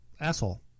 Asshole